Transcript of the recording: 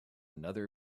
another